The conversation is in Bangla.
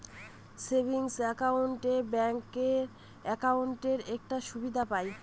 সেভিংস একাউন্ট এ ব্যাঙ্ক একাউন্টে একটা সুদ পাই